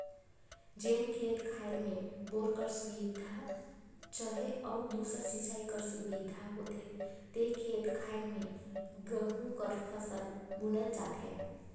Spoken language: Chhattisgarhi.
जेन खेत खाएर में बोर कर सुबिधा चहे अउ दूसर सिंचई कर सुबिधा होथे ते खेत खाएर में गहूँ कर फसिल बुनल जाथे